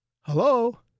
Hello